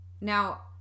Now